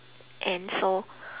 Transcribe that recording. and so